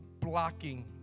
blocking